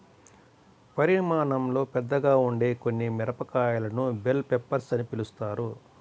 పరిమాణంలో పెద్దగా ఉండే కొన్ని మిరపకాయలను బెల్ పెప్పర్స్ అని పిలుస్తారు